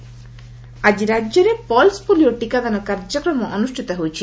pulse polio ଆକି ରାଜ୍ୟରେ pulse polio ଟୀକାଦାନ କାର୍ଯ୍ୟକ୍ରମ ଅନୁଷ୍ଷିତ ହେଉଛି